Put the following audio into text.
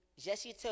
Jesse